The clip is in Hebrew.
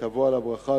תבוא על הברכה,